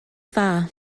dda